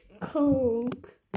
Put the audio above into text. Coke